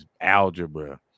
algebra